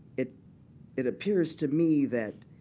it it appears to me that